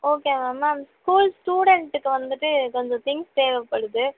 okay ma'am ma'am school ஸ்டூடண்ட்டுக்கு வந்துட்டு கொஞ்சம் திங்க்ஸ் தேவைப்படுது